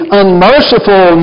unmerciful